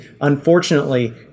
unfortunately